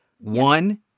One